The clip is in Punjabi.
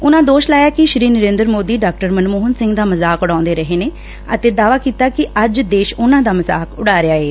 ਉਨੂਾ ਦੋਸ਼ ਲਾਇਆ ਕਿ ਸ੍ਰੀ ਨਰੇਂਦਰ ਮੋਦੀ ਡਾ ਮਨਮੋਹਨ ਸਿੰਘ ਦਾ ਮਜ਼ਾਕ ਉਡਾਊਦੇ ਰਹੇ ਨੇ ਅਤੇ ਦਾਅਵਾ ਕੀਤਾ ਕਿ ਅੱਜ ਦੇਸ਼ ਉਨੂਾ ਦਾ ਮਜ਼ਾਕ ਉੱਡਾ ਰਿਹਾ ਏ